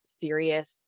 serious